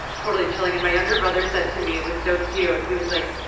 totally chilling. and my younger brother said to me it was so cute. he was like,